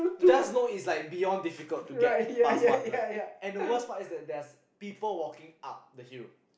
just know it's like beyond difficult to get past one right and the worst part is that there's people walking up the hill